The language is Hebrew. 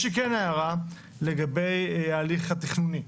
יש לי כן הערה לגבי ההליך התכנוני.